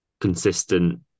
consistent